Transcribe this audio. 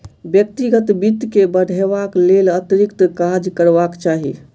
व्यक्तिगत वित्त के बढ़यबाक लेल अतिरिक्त काज करबाक चाही